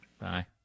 Bye